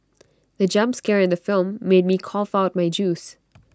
the jump scare in the film made me cough out my juice